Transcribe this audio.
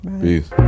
peace